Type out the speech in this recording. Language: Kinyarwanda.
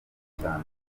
cyane